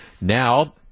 Now